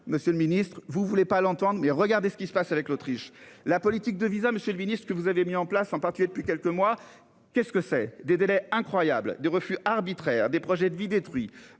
Monsieur le Ministre, vous voulez pas l'entendre. Mais regardez ce qui se passe avec l'Autriche, la politique de visas, Monsieur le Ministre, ce que vous avez mis en place en partie depuis quelques mois, qu'est-ce que c'est des délais incroyable de refus arbitraires des projets de vie détruit